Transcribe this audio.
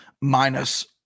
minus